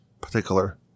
particular